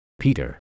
peter